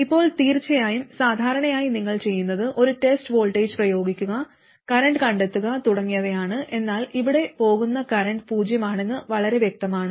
ഇപ്പോൾ തീർച്ചയായും സാധാരണയായി നിങ്ങൾ ചെയ്യുന്നത് ഒരു ടെസ്റ്റ് വോൾട്ടേജ് പ്രയോഗിക്കുക കറന്റ് കണ്ടെത്തുക തുടങ്ങിയവയാണ് എന്നാൽ ഇവിടെ പോകുന്ന കറന്റ് പൂജ്യമാണെന്ന് വളരെ വ്യക്തമാണ്